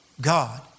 God